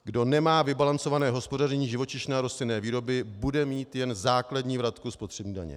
Kdo nemá vybalancované hospodaření živočišné a rostlinné výroby, bude mít jen základní vratku spotřební daně.